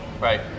Right